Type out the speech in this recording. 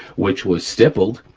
which was stippled,